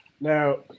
Now